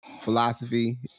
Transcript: philosophy